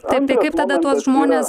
taip tai kaip tada tuos žmones